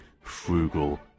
frugal